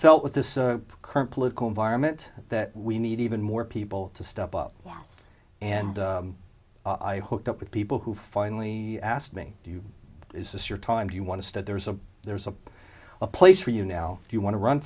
felt with this current political environment that we need even more people to step up and i hooked up with people who finally asked me do you is this your time do you want to start there's a there's a place for you now do you want to run